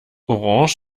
orange